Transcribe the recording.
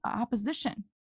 opposition